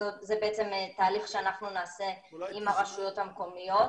זה תהליך שאנחנו נעשה עם הרשויות המקומיות.